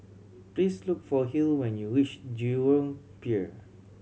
please look for Hill when you reach Jurong Pier